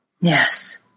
Yes